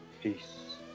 Peace